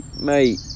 Mate